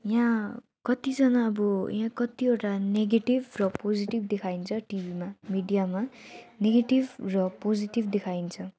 यहाँ कतिजना अब यहाँ कतिवटा नेगेटिभ र पोजिटिभ देखाइन्छ टिभीमा मिडियामा नेगेटिभ र पोजिटिभ देखाइन्छ